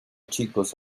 chicos